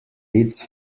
its